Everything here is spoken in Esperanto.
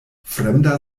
fremda